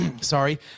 sorry